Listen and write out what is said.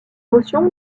motion